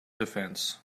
defense